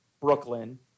Brooklyn